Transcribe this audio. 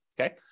Okay